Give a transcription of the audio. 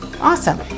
awesome